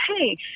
Hey